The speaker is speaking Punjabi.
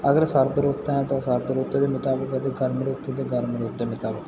ਅਗਰ ਸਰ ਰੁੱਤ ਹੈ ਤਾਂ ਸਰਦ ਰੁੱਤ ਦੇ ਮੁਤਾਬਿਕ ਅਤੇ ਗਰਮ ਰੁੱਤ ਤ ਗਰਮ ਰੁੱਤ ਦੇ ਮੁਤਾਬਿਕ